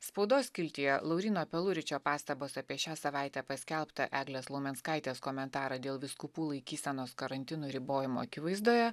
spaudos skiltyje lauryno peluričio pastabos apie šią savaitę paskelbtą eglės laumenskaitės komentarą dėl vyskupų laikysenos karantino ribojimų akivaizdoje